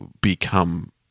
become